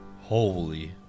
Holy